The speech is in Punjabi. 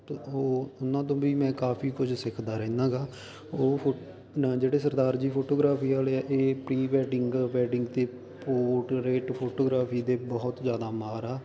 ਓ ਉਹਨਾਂ ਤੋਂ ਵੀ ਮੈਂ ਕਾਫੀ ਕੁਝ ਸਿੱਖਦਾ ਰਹਿੰਦਾ ਗਾ ਉਹ ਫੋ ਜਿਹੜੇ ਸਰਦਾਰ ਜੀ ਫੋਟੋਗ੍ਰਾਫੀ ਵਾਲੇ ਆ ਇਹ ਪ੍ਰੀਵੈਡਿੰਗ ਵੈਡਿੰਗ ਅਤੇ ਪੋਟਰੇਟ ਫੋਟੋਗ੍ਰਾਫੀ ਦੇ ਬਹੁਤ ਜ਼ਿਆਦਾ ਮਾਹਰ ਆ